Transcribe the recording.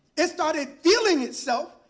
it started feeling itself.